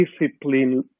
discipline